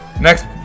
next